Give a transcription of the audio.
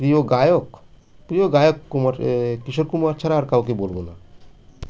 প্রিয় গায়ক প্রিয় গায়ক কুমার কিশোর কুমার ছাড়া আর কাউকে বলবো না